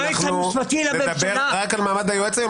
אנחנו נדבר רק על מעמד היועץ היום.